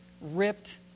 ripped